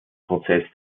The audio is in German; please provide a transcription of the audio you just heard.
prozess